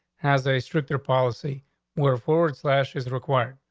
has a stricter policy where forward slash is required.